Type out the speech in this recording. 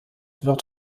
wird